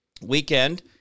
weekend